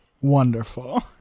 Wonderful